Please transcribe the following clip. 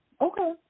Okay